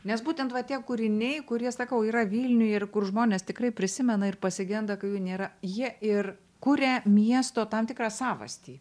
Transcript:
nes būtent va tie kūriniai kurie sakau yra vilniuj ir kur žmonės tikrai prisimena ir pasigenda kai jų nėra jie ir kuria miesto tam tikrą savastį